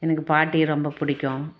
எனக்கு பாட்டியை ரொம்ப பிடிக்கும்